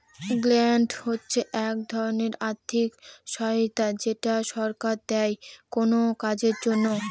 grant হচ্ছে এক ধরনের আর্থিক সহায়তা যেটা সরকার দেয় কোনো কাজের জন্য